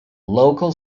local